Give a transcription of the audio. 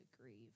grieve